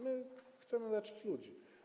My chcemy leczyć ludzi.